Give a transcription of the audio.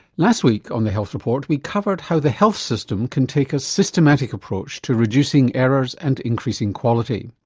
last week on the health report we covered how the health system can take a systematic approach to reducing errors and increasing quality.